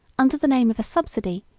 under the name of a subsidy,